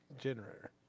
generator